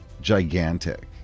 gigantic